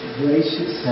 gracious